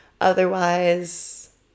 Otherwise